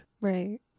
right